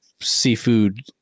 seafood